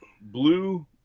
blue